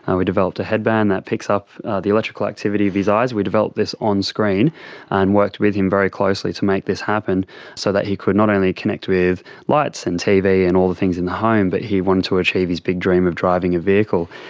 and we developed a headband that picks up the electrical activity of his eyes. we developed this on screen and worked with him very closely to make this happen so that he could not only connect with lights and tv and all the things in the home, but he wanted to achieve his big dream of driving a vehicle.